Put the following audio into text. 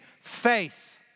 faith